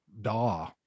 DAW